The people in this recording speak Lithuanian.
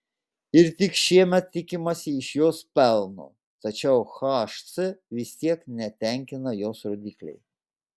ir tik šiemet tikimasi iš jos pelno tačiau hc vis tiek netenkina jos rodikliai